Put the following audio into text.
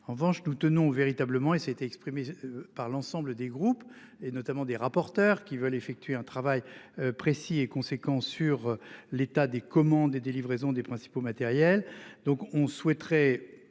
En revanche, nous tenons véritablement et ça a été exprimée. Par l'ensemble des groupes, et notamment des rapporteurs qui veulent effectuer un travail précis et conséquences sur l'état des commandes et des livraisons des principaux matériels